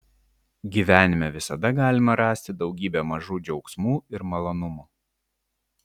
gyvenime visada galima rasti daugybę mažų džiaugsmų ir malonumų